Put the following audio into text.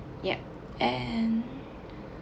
yup and